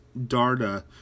Darda